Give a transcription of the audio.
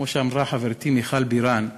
כמו שאמרה חברתי מיכל בירן: